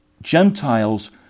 Gentiles